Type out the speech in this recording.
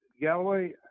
Galloway